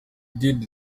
did